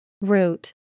Root